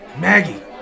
Maggie